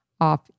off